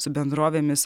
su bendrovėmis